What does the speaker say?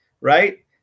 right